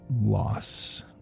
loss